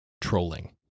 trolling